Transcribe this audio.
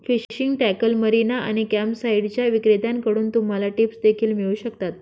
fishing tackle, marina आणि कॅम्पसाइट्सच्या विक्रेत्यांकडून तुम्हाला टिप्स देखील मिळू शकतात